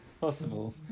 possible